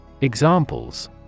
Examples